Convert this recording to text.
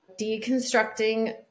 deconstructing